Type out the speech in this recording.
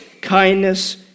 kindness